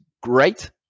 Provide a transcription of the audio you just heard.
great